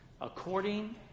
According